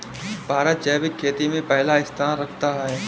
भारत जैविक खेती में पहला स्थान रखता है